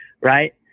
Right